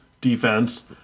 defense